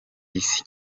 isi